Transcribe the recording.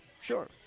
Sure